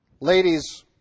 ladies